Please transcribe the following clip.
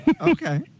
Okay